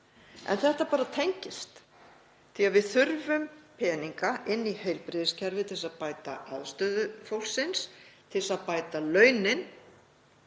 En þetta tengist. Við þurfum peninga inn í heilbrigðiskerfið til að bæta aðstöðu fólks, til þess að bæta launin